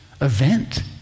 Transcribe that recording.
event